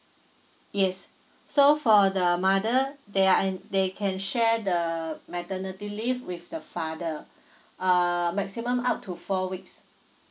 yes so for the mother they are en~ they can share the maternity leave with the father err maximum up to four weeks